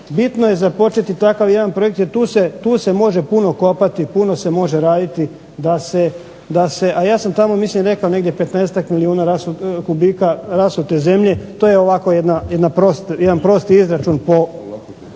bitno je započeti takav jedan projekt jer tu se može puno kopati i puno se može raditi da se, a ja sam tamo mislim rekao negdje 15-ak milijuna kubika rasute zemlje, to je ovako jedan prosti izračun po